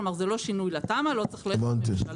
כלומר, זה לא שינוי לתמ"א, לא צריך ללכת לממשלה